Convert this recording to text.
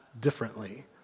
differently